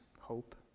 hope